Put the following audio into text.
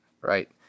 Right